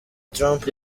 trump